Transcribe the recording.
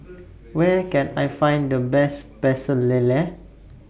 Where Can I Find The Best Pecel Lele